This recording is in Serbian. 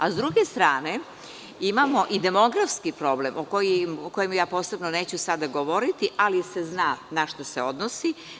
S druge strane, imamo i demografski problem o kojem neću sada posebno govoriti, ali se zna na šta se odnosi.